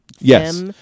Yes